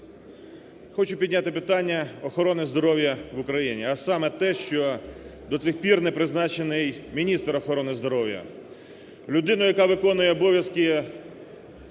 Хочу підняти питання охорони здоров'я в Україні, а саме те, що до сих пір не призначений міністр охорони здоров'я. Людина, яка виконує обов'язки